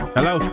Hello